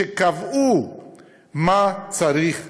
שקבעו מה צריך לעשות.